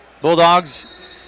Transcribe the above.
Bulldogs